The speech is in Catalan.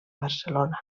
barcelona